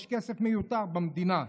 יש כסף מיותר במדינה.